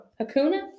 Hakuna